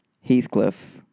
Heathcliff